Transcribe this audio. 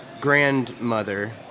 Grandmother